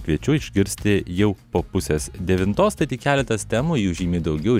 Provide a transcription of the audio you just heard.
kviečiu išgirsti jau po pusės devintos tai tik keletas temų jų žymiai daugiau